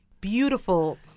Beautiful